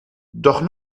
doch